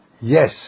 Yes